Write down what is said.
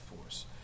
force